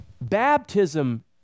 Baptism